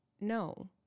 no